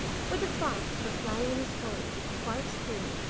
for the fox was lying in his hole quite still,